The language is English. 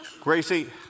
Gracie